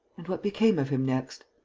and what became of him next?